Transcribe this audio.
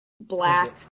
black